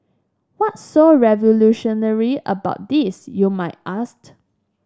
what's so revolutionary about this you might ask